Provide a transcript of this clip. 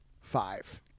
five